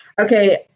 Okay